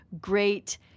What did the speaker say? great